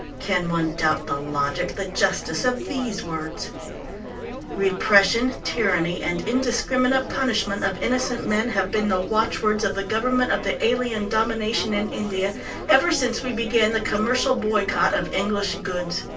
can one doubt the logic, the justice of these words repression, tyranny, and indiscriminate punishment of innocent men have been the watchwords of the government of the alien domination in india ever since we began the commercial boycott of english goods.